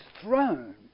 throne